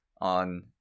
on